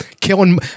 killing